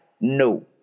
no